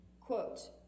Quote